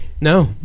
No